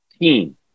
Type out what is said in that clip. team